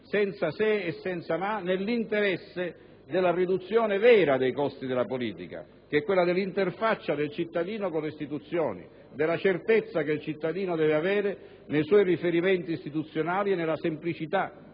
senza se e senza ma, nell'interesse della riduzione vera dei costi della politica, dell'interfaccia del cittadino con le istituzioni, della certezza che il cittadino deve avere nei suoi riferimenti istituzionali, della semplicità